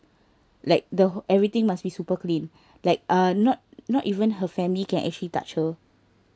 like the everything must be super clean like ah not not even her family can actually touch her